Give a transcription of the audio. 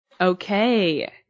Okay